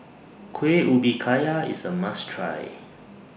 Kueh Ubi Kayu IS A must Try